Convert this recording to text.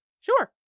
Sure